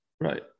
Right